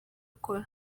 akora